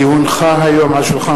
כי הונחה היום על שולחן